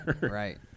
Right